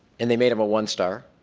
and they made him a one star.